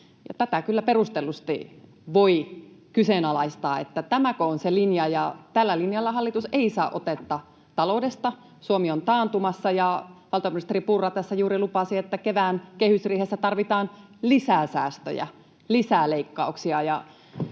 Tätä kyllä voi perustellusti kyseenalaistaa: tämäkö on se linja? Tällä linjalla hallitus ei saa otetta taloudesta, Suomi on taantumassa. Valtiovarainministeri Purra tässä juuri lupasi, että kevään kehysriihessä tarvitaan lisää säästöjä, lisää leikkauksia.